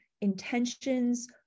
intentions